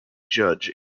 judge